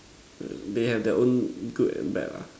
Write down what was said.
they have their own good and bad lah